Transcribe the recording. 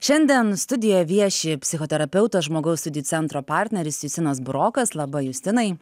šiandien studijoje vieši psichoterapeutas žmogaus studijų centro partneris justinas burokas laba justinai